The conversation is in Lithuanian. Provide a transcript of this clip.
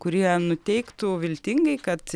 kurie nuteiktų viltingai kad